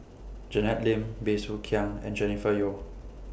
Janet Lim Bey Soo Khiang and Jennifer Yeo